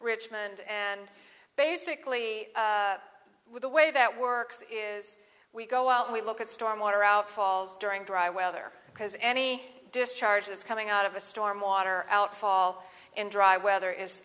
richmond and basically with the way that works is we go out and we look at storm water out falls during dry weather because any discharge is coming out of a storm water outfall in dry weather is